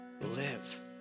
live